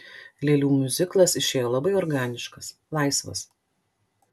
lėlių miuziklas išėjo labai organiškas laisvas